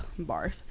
barf